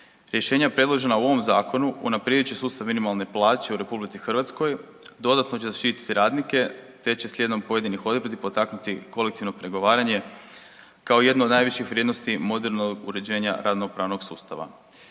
Rješenja predložena u ovom Zakonu unaprijedit će sustav minimalne plaće u RH, dodatno će zaštiti radnike te će slijedom pojedinih odredbi potaknuti kolektivno pregovaranje kao jedno od najviših vrijednosti modernog uređenja radno-pravnog sustava.